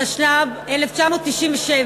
התשנ"ב 1992,